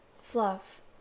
Fluff